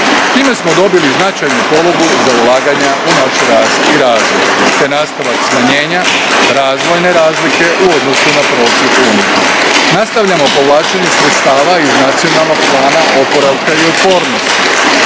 Time smo dobili značajnu polugu za ulaganja u naš rast i razvoj te nastavak smanjenja razvojne razlike u odnosu na prosjek EU. Nastavljamo povlačenje sredstava i iz Nacionalnog plana oporavka i otpornosti